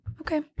Okay